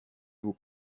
vous